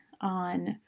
on